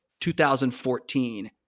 2014